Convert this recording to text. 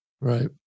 Right